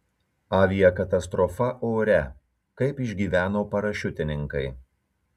aviakatastrofa ore kaip išgyveno parašiutininkai